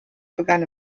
begann